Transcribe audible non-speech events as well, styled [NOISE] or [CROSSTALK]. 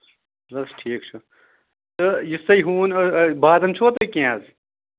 اَدٕ حظ ٹھیٖک چھُ تہٕ یُس تۄہہ ہُہ [UNINTELLIGIBLE] بادَم چھُوا تۄہہِ کینٛہہ حظ